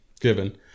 given